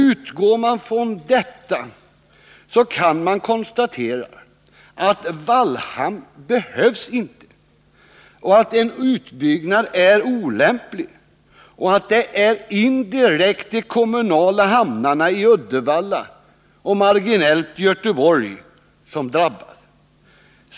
Utgår man från detta kan man konstatera att utbyggnad av Vallhamn inte behövs, att en utbyggnad är olämplig och att det indirekt är de kommunala hamnarna i Uddevalla och, marginellt, i Göteborg som drabbas.